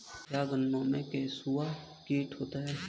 क्या गन्नों में कंसुआ कीट होता है?